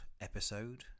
episode